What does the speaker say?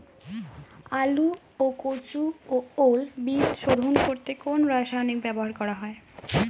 আলু ও কচু ও ওল বীজ শোধন করতে কোন রাসায়নিক ব্যবহার করা হয়?